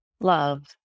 love